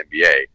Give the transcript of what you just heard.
NBA